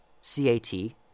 C-A-T